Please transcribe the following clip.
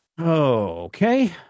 okay